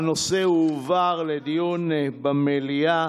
הנושא יעבור לדיון במליאה.